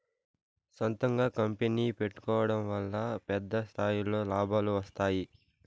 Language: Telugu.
సొంతంగా కంపెనీ పెట్టుకోడం వల్ల పెద్ద స్థాయిలో లాభాలు వస్తాయి